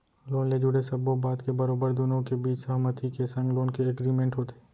loan ले जुड़े सब्बो बात के बरोबर दुनो के बीच सहमति के संग लोन के एग्रीमेंट होथे